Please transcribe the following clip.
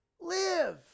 Live